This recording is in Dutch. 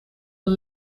een